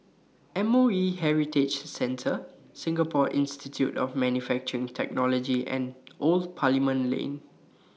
M O E Heritage Centre Singapore Institute of Manufacturing Technology and Old Parliament Lane